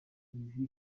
vicky